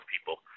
people